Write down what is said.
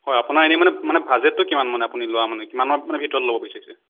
হয় আপোনাৰ এনেই মানে মানে বাজেটটো কিমান মানে আপুনি লোৱাৰ মানে কিমানৰ ভিতৰত মানে ল'ব বিছাৰিছে